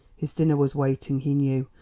his dinner was waiting, he knew,